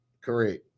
Correct